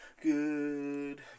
Good